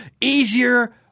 easier